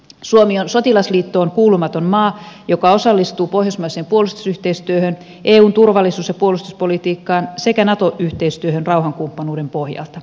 suomi on sotilasliittoon kuulumaton maa joka osallistuu pohjoismaiseen puolustusyhteistyöhön eun turvallisuus ja puolustuspolitiikkaan sekä nato yhteistyöhön rauhankumppanuuden pohjalta